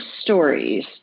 stories